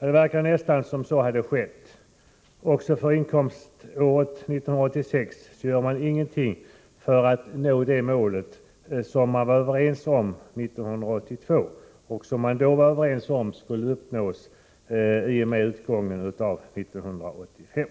Det verkar nästan som om så hade skett. Inte heller för inkomståret 1986 gör man någonting för att nå det mål som vi var överens om 1982 och som vi då var överens om skulle uppnås i och med utgången av 1985.